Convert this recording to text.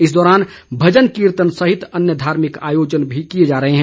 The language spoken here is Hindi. इस दौरान भजन कीर्तन सहित अन्य धार्मिक आयोजन भी किए जा रहे हैं